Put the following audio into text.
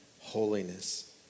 holiness